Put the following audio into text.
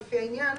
לפי העניין,